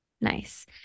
Nice